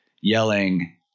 yelling